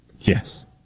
Yes